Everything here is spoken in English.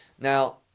Now